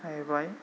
जाहैबाय